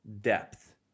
depth